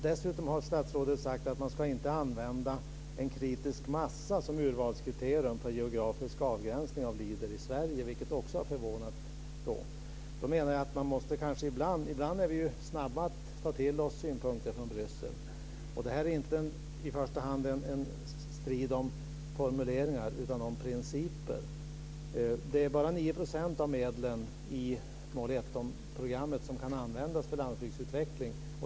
Dessutom har statsrådet sagt att man inte ska använda en kritisk massa som urvalskriterium för geografisk avgränsning av Leader i Sverige, vilket också har förvånat. Ibland är vi ju snabba att ta till oss synpunkter från Bryssel. Det här är inte i första hand en strid om formuleringar utan om principer. Det är bara 9 % av medlen i mål 1-programmet som kan användas för landsbygdsutveckling.